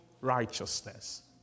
righteousness